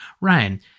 ryan